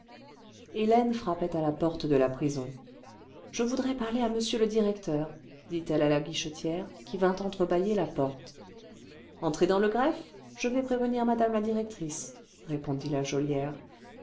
hélène frappait à la porte de la prison ce je voudrais parler à m le directeur dit-elle à la guichetière qui vint entre bâiller la porte entrez dans le greffe je vais prévenir mmc la directrice répondit la